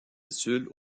études